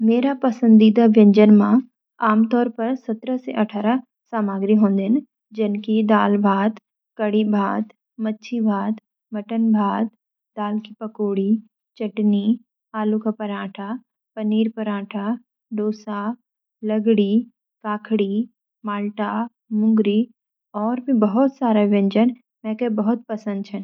मेरा पसंदीदा व्यंजन मां आमतौर पर सत्रह सी अठारह सामग्री होनदिन । जन की दाल, भात, कढ़ी, भात, मच्छी, भात, मटन, भात ,दाल की पकौड़ी, चटनी, आलू का परांठा, पनीर परांठा, डोसा, लगड़ी, काखडी, माल्टा, मुंगरी, और भी बहुत सारा व्यंजन मैके पसंद छन ।